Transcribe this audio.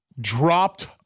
dropped